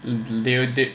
will deteriorate